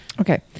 Okay